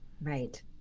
Right